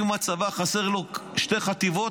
אם לצבא חסרות שתי חטיבות,